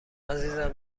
عزیزم